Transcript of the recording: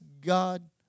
God